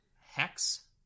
Hex